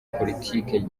politiki